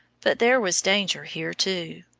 but there was danger here too.